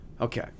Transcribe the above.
Okay